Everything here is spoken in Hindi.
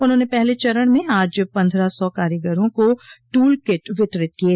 उन्होंने पहले चरण में आज पन्द्रह सौ कारीगरों को टूल किट वितरित किये